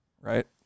Right